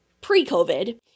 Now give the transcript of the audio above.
pre-COVID